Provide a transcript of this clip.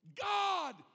God